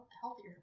healthier